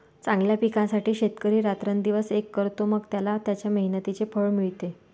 चांगल्या पिकासाठी शेतकरी रात्रंदिवस एक करतो, मग त्याला त्याच्या मेहनतीचे फळ मिळते